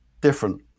different